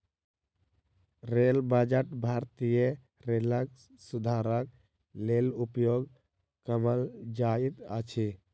rail budget भारतीय रेलक सुधारक लेल उपयोग कयल जाइत अछि